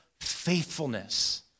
faithfulness